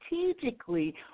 strategically